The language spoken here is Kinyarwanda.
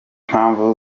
impamvu